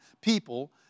people